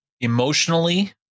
emotionally